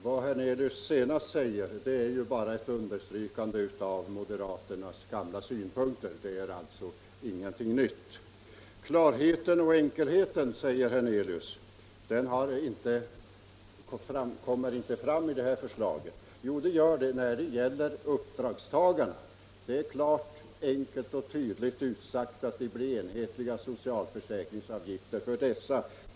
Herr talman! Vad herr Hernelius senast sade var bara ett understrykande av moderaternas gamla synpunkter; det var alltså ingenting nytt. Klarheten och enkelheten, anser herr Hernelius, kommer inte fram i det här förslaget. Jo, det är fallet när det gäller uppdragstagarna. Det är klart och tydligt utsagt att det blir enhetliga socialförsäkringsavgifter för dem.